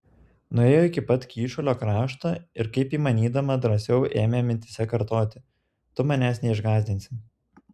nuėjo iki pat kyšulio krašto ir kaip įmanydama drąsiau ėmė mintyse kartoti tu manęs neišgąsdinsi